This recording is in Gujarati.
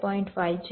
5 છે